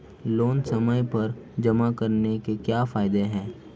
Loan समय पर जमा कराने के क्या फायदे हैं?